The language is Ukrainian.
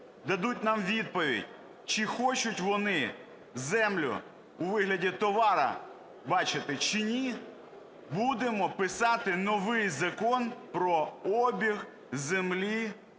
дадуть нам відповідь, чи хочуть вони землю у вигляді товару бачити, чи ні, будемо писати новий Закон про обіг землі